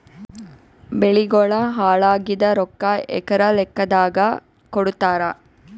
ಬೆಳಿಗೋಳ ಹಾಳಾಗಿದ ರೊಕ್ಕಾ ಎಕರ ಲೆಕ್ಕಾದಾಗ ಕೊಡುತ್ತಾರ?